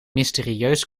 mysterieus